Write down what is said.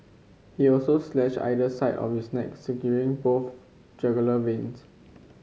he also slashed either side of his neck both jugular